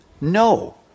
No